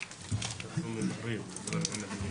נעולה.